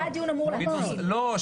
לא.